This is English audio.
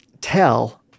tell